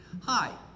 Hi